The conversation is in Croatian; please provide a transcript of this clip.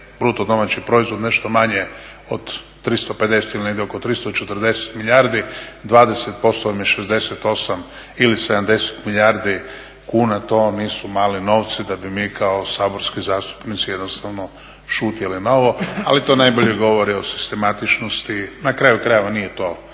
da vam je BDP nešto manje od 350 ili negdje oko 340 milijardi 20% vam je 68 ili 70 milijardi kuna, to vam nisu mali novci da bi mi kao saborski zastupnici jednostavno šutjeli na ovo, ali to najbolje govori o sistematičnosti, na kraju krajeva nije to